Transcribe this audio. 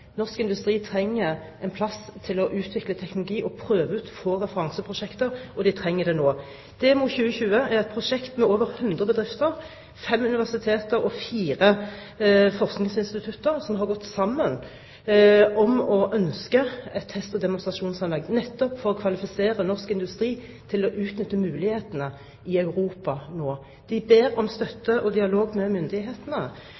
Norsk industri trenger en plass til å utvikle teknologi og prøve ut, få frem referanseprosjekter – og det trenger de nå. Demo 2020 er et prosjekt med over 100 bedrifter, fem universiteter og fire forskningsinstitutter som har gått sammen om å ønske et test- og demonstrasjonsanlegg, nettopp for å kvalifisere norsk industri til å utnytte mulighetene i Europa nå. De ber om